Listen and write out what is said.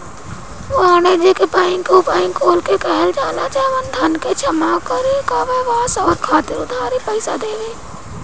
वाणिज्यिक बैंक उ बैंक कुल के कहल जाला जवन धन के जमा करे आ व्यवसाय खातिर उधारी पईसा देवे